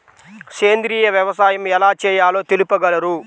సేంద్రీయ వ్యవసాయం ఎలా చేయాలో తెలుపగలరు?